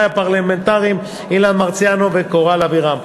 הפרלמנטריים אילן מרסיאנו וקורל אבירם.